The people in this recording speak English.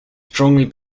strongly